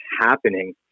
happening